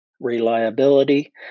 reliability